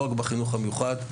לא רק בחינוך המיוחד,